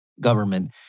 government